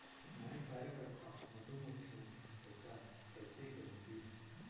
मैं कार्यकर्ता मधुमक्खियों की पहचान कैसे करूंगी?